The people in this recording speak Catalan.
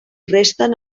resten